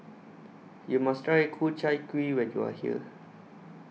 YOU must Try Ku Chai Kuih when YOU Are here